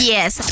Yes